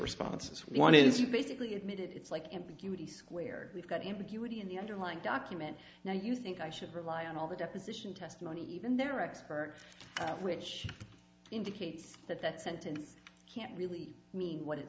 responses one is you basically admitted it's like ambiguity squared we've got ambiguity in the underlying document now you think i should rely on all the deposition testimony even their expert which indicates that that sentence can't really mean what it